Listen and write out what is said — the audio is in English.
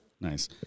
Nice